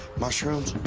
mushrooms?